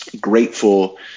grateful